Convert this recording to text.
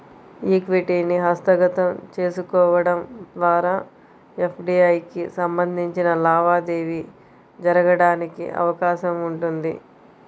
ఈక్విటీని హస్తగతం చేసుకోవడం ద్వారా ఎఫ్డీఐకి సంబంధించిన లావాదేవీ జరగడానికి అవకాశం ఉంటుంది